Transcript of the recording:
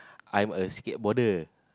I'm a skateboarder